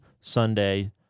Sunday